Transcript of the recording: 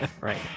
right